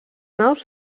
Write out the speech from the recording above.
naus